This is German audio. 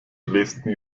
dresden